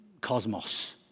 cosmos